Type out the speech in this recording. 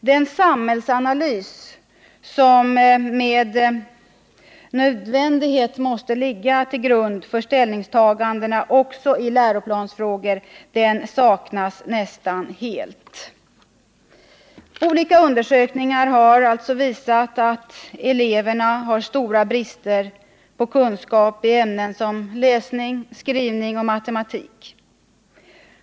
Den samhällsanalys som med nödvändighet måste ligga till grund för ställningstagandena också i läroplansfrågor saknas nästan helt. Olika undersökningar har visat att eleverna har stora brister på kunskap i ämnen som läsning, skrivning och matematik.